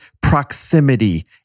proximity